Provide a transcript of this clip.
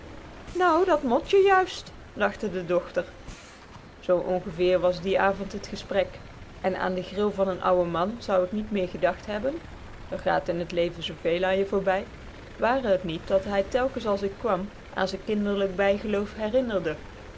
nu dat mot je juist lachte de dochter zoo ongeveer was dien avond het gesprek en aan den gril van n ouwen man zou k niet meer gedacht hebben r gaat in t leven zooveel aan je voorbij ware het niet dat hij telkens als ik s kwam aan z'n kinderlijk bijgeloof herinnerde